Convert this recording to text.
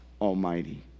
Almighty